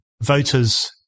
voters